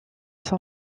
son